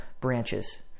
branches